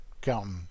counting